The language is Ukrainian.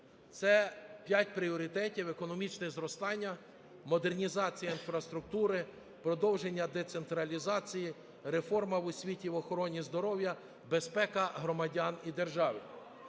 Це 5 пріоритетів: економічне зростання; модернізація інфраструктури; продовження децентралізації; реформа в освіті, в охороні здоров'я; безпека громадян і держави.